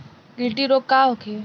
गिल्टी रोग का होखे?